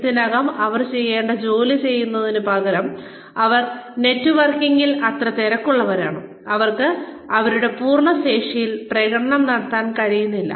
ഇതിനർത്ഥം അവർ ചെയ്യേണ്ട ജോലി ചെയ്യുന്നതിനുപകരം അവർ നെറ്റ്വർക്കിംഗിൽ അത്ര തിരക്കുള്ളവരാണോ അവർക്ക് അവരുടെ പൂർണ്ണ ശേഷിയിൽ പ്രകടനം നടത്താൻ കഴിയുന്നില്ല